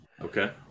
Okay